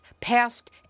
passed